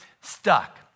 stuck